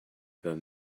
than